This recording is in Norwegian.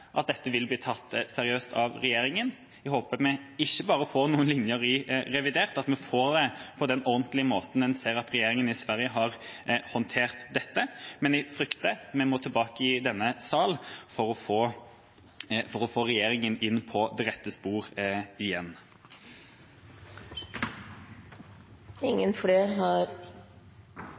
ikke bare får noen linjer i revidert, at vi får det på den ordentlige måten en ser at regjeringa i Sverige har håndtert dette, men jeg frykter at vi må tilbake i denne sal for å få regjeringa inn på det rette sporet igjen. Representanten Hans Olav Syversen har